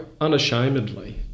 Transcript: unashamedly